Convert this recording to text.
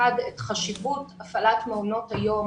הוא הוכיח לנו את חשיבות הפעלת מעונות היום